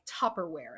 tupperware